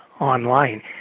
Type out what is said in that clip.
online